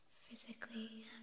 physically